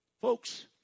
Folks